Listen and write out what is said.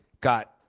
got